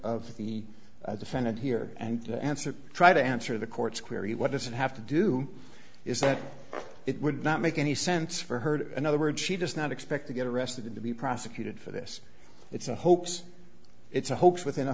of the defendant here and the answer try to answer the court's query what does it have to do is that it would not make any sense for heard another word she does not expect to get arrested to be prosecuted for this it's a hoax it's a hoax within a